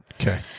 Okay